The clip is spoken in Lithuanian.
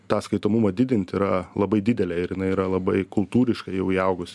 tą skaitomumą didint yra labai didelė ir jinai yra labai kultūriškai jau įaugus